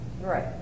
Right